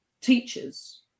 teachers